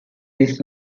this